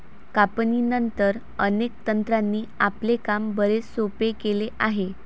कापणीनंतर, अनेक तंत्रांनी आपले काम बरेच सोपे केले आहे